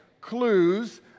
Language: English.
clues